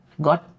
God